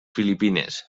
filipines